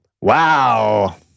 Wow